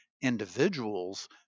individuals